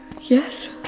Yes